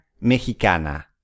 mexicana